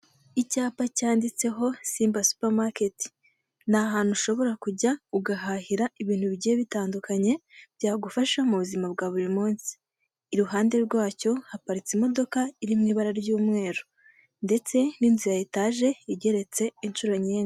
icyapa cyanditseho simba supermarket ni ahantu ushobora kujya ugahahira ibintu bigiye bitandukanye byagufasha mu buzima bwa buri munsi, iruhande rwacyo haparitse imodoka iri mu ibara ry'umweru. Ndetse n'inzu ya etage igeretse inshuro nyinshi.